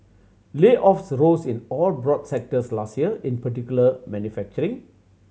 layoffs rose in all broad sectors last year in particular manufacturing